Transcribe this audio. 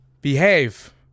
behave